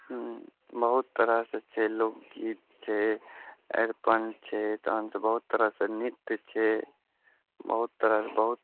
हँ बहुत तरहसे छै लोक गीत छै अरिपन छै तहनसे बहुत तरहके नृत्य छै बहुत तरहके बहुत